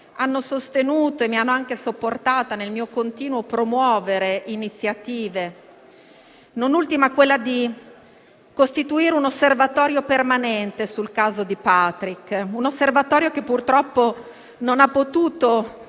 Commissione e che mi hanno supportata nel mio continuo promuovere iniziative, non ultima quella di costituire un osservatorio permanente sul caso di Patrick. L'osservatorio purtroppo non ha potuto